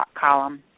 column